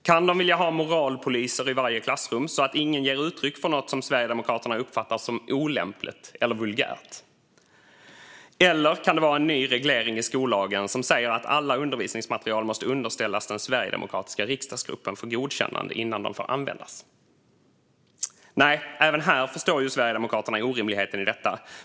Kan de vilja ha moralpoliser i varje klassrum, så att ingen ger uttryck för något som Sverigedemokraterna uppfattar som olämpligt eller vulgärt? Eller kan det vara en ny reglering i skollagen som säger att allt undervisningsmaterial måste underställas den sverigedemokratiska riksdagsgruppen för godkännande innan det får användas? Nej, även här förstår ju Sverigedemokraterna orimligheten.